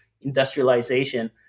industrialization